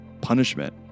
punishment